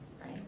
Right